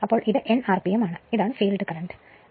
അതിനാൽ ഇത് n rpm ആണ് ഇത് ഫീൽഡ് കറന്റ് ആണ്